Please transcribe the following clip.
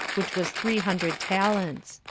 which was three hundred talents.